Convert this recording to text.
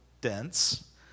dense